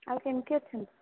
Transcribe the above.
ଆଉ କେମିତି ଅଛନ୍ତି